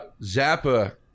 Zappa